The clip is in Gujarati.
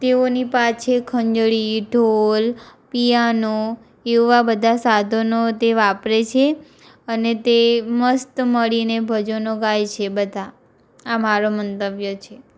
તેઓની પાસે ખંજરી ઢોલ પિયાનો એવા બધા સાધનો તે વાપરે છે અને તે મસ્ત મળીને ભજનો ગાય છે બધા આ મારો મંતવ્ય છે